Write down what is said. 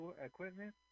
equipment